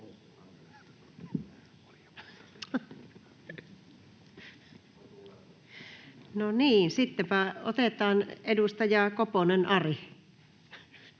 Content: Sitten otetaan edustaja Koponen, Ari.